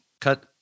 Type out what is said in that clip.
cut